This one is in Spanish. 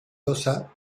losa